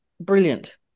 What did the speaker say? brilliant